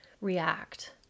react